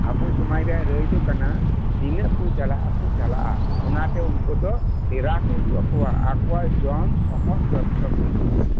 ᱟᱵᱚ ᱥᱚᱢᱟᱡ ᱨᱮᱭᱟᱜ ᱨᱟᱹᱭ ᱫᱚ ᱠᱟᱱᱟ ᱛᱤᱱᱟᱹ ᱠᱚ ᱪᱟᱞᱟᱜ ᱟᱠᱚ ᱪᱟᱞᱟᱜᱼᱟ ᱚᱱᱟᱛᱮ ᱩᱱᱠᱩ ᱫᱚ ᱰᱮᱨᱟ ᱠᱚ ᱩᱫᱩᱜ ᱟᱠᱚᱭᱟ ᱟᱠᱚᱣᱟᱜ ᱡᱚᱢ ᱥᱚᱢᱚᱞ ᱡᱚᱛᱚ ᱠᱚ ᱤᱫᱤᱭᱟ